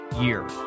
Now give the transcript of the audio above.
Year